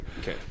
Okay